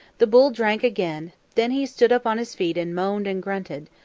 the bull drank again. then he stood up on his feet and moaned and grunted,